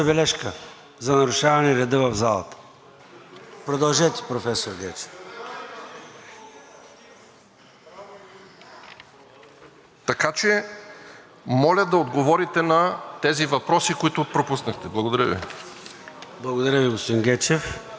Така че, моля да отговорите на тези въпроси, които пропуснахте. Благодаря Ви. ПРЕДСЕДАТЕЛ ЙОРДАН ЦОНЕВ: Благодаря Ви, господин Гечев. Има ли други реплики? Не виждам. За дуплика – господин Гуцанов.